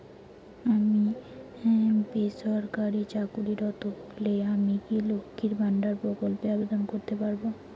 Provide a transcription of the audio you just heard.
আমি বেসরকারি চাকরিরত হলে আমি কি লক্ষীর ভান্ডার প্রকল্পে আবেদন করতে পারব?